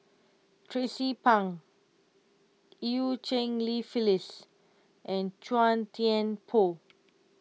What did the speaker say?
Tracie Pang Eu Cheng Li Phyllis and Chua Thian Poh